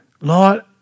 Lord